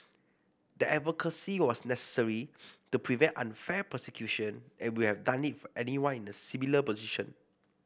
the advocacy was necessary to prevent unfair persecution and we have done it for anyone in a similar position